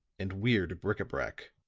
and weird bric-a-brac.